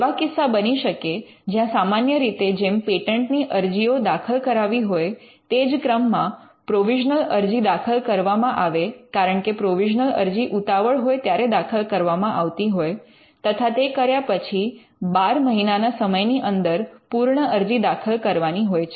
એવા કિસ્સા બની શકે જ્યાં સામાન્ય રીતે જેમ પેટન્ટની અરજીઓ દાખલ કરાવી હોય તે જ ક્રમમાં પ્રોવિઝનલ અરજી દાખલ કરવામાં આવે કારણ કે પ્રોવિઝનલ અરજી ઉતાવળ હોય ત્યારે દાખલ કરવામાં આવતી હોય તથા તે કર્યા પછી ૧૨ મહિનાના સમયની અંદર પૂર્ણ અરજી દાખલ કરવાની હોય છે